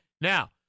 Now